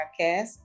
Podcast